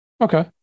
Okay